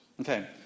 Okay